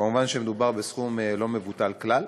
כמובן שמדובר בסכום לא מבוטל כלל.